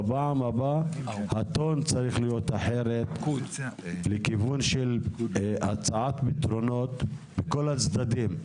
בפעם הבא הטון צריך להיות אחרת לכיוון של הצעת פתרונות בכל הצדדים,